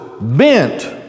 bent